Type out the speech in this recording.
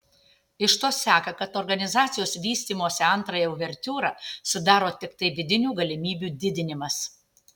iš to seka kad organizacijos vystymosi antrąją uvertiūrą sudaro tiktai vidinių galimybių didinimas